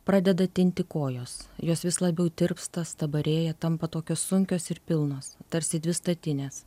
pradeda tinti kojos jos vis labiau tirpsta stabarėja tampa tokios sunkios ir pilnos tarsi dvi statinės